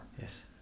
yes